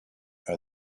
are